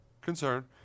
concern